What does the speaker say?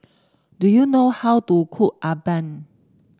do you know how to cook Appam